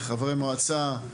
חברי מועצה,